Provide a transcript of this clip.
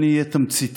אני אהיה תמציתי.